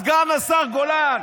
סגן השר גולן.